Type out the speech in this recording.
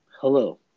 Hello